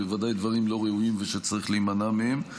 הם בוודאי דברים לא ראויים ושצריך להימנע מהם.